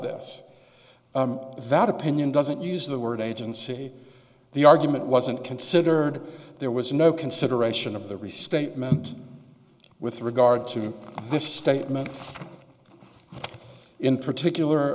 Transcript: this that opinion doesn't use the word agency the argument wasn't considered there was no consideration of the restatement with regard to this statement in particular